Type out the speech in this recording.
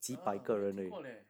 ah 我没有听过 leh